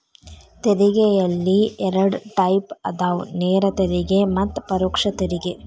ತೆರಿಗೆಯಲ್ಲಿ ಎರಡ್ ಟೈಪ್ ಅದಾವ ನೇರ ತೆರಿಗೆ ಮತ್ತ ಪರೋಕ್ಷ ತೆರಿಗೆ